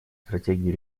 стратегий